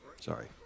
Sorry